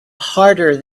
harder